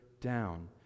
down